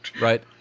Right